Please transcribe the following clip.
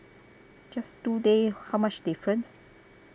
just two day how much difference